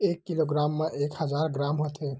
एक किलोग्राम मा एक हजार ग्राम होथे